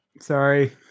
sorry